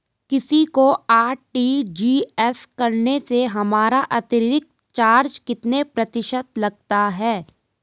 किसी को आर.टी.जी.एस करने से हमारा अतिरिक्त चार्ज कितने प्रतिशत लगता है?